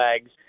legs